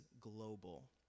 global